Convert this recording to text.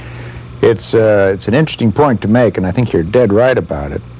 it's ah it's an interesting point to make and i think you're dead right about it.